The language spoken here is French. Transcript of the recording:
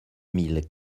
mille